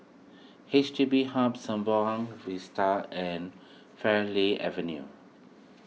H D B Hub Sembawang Vista and Farleigh Avenue